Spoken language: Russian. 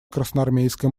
красноармейская